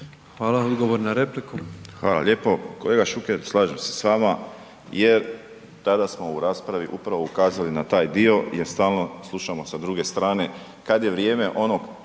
Hvala, odgovor na repliku. **Borić, Josip (HDZ)** Hvala lijepo, kolega Šuker, slažem se s vama jer kada smo u raspravi upravo ukazali na taj dio jer stalno sa druge strane kad je vrijeme onog